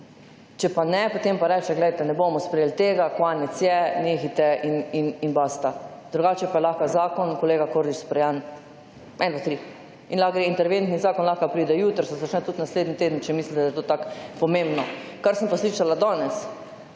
Če pa ne, potem pa rečite, poglejte, ne bomo sprejeli tega, konec je, nehajte in basta. Drugače je pa lahko zakon, kolega Kordiš, speljan en, dva, tri, in lahko gre interventni zakon, lahko pride jutri, se začne tudi naslednji teden, če mislite, da je to tako pomembno. Kar sem pa slušala danes,